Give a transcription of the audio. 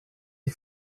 die